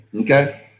okay